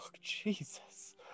Jesus